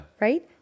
Right